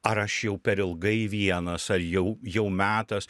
ar aš jau per ilgai vienas ar jau jau metas